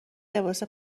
لباس